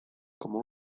como